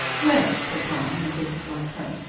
well, said bryan in a business-like tone,